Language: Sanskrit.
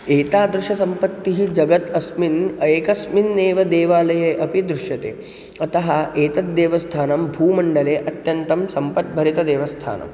एतादृशसम्पत्तिः जगति अस्मिन् एकस्मिन्नेव देवालये अपि दृश्यते अतः एतद्देवस्थानं भूमण्डले अत्यन्तं सम्पद्भरितदेवस्थानं